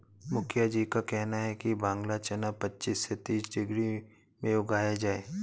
मुखिया जी का कहना है कि बांग्ला चना पच्चीस से तीस डिग्री में उगाया जाए